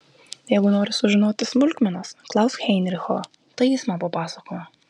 jeigu nori sužinoti smulkmenas klausk heinricho tai jis man papasakojo